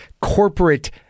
corporate